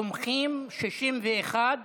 טפסים מקוונים להירשם לכרטיס אדי,